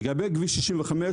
לגבי כביש 65,